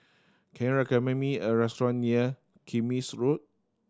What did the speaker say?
can you recommend me a restaurant near Kismis Road